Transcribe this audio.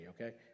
okay